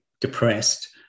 depressed